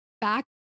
back